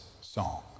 song